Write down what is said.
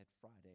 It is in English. Friday